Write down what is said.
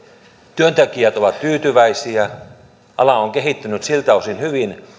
työntekijät ovat tyytyväisiä ala on kehittynyt siltä osin hyvin